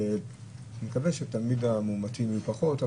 נקווה שתמיד המאומתים יהיו פחות,